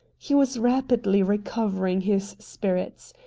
he was rapidly recovering his spirits.